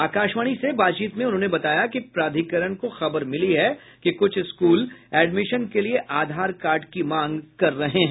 आकाशवाणी से बातचीत में उन्होंने बताया कि प्राधिकरण को खबर मिली है कि कुछ स्कूल एडमिशन के लिए आधार कार्ड की मांग कर रहे हैं